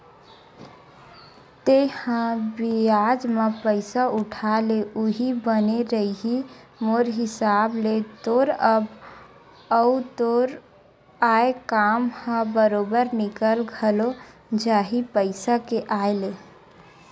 तेंहा बियाज म पइसा उठा ले उहीं बने रइही मोर हिसाब ले तोर बर, अउ तोर आय काम ह बरोबर निकल घलो जाही पइसा के आय ले